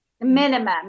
Minimum